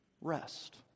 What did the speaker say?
rest